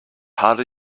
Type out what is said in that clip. harder